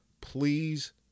Please